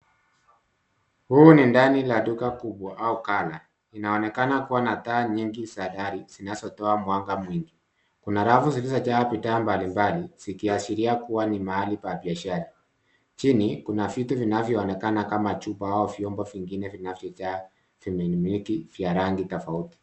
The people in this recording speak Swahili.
Huu ni ndani la duka kubwa au gala. Inaonekana kuwa na taa nyingi za yai zinazotoa mwanga mwingi. Kuna rafu zilizojaa bidhaa mbalimbali zikiashiria kuwa ni mahali pa biashara. Chini kuna vitu vinavyoonekana kama chupa au vyombo vingine vilivyojaa vimiminiki vya rangi tofauti.